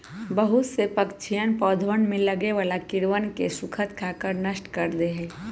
बहुत से पक्षीअन पौधवन में लगे वाला कीड़वन के स्खुद खाकर नष्ट कर दे हई